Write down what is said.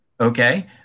Okay